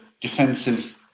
defensive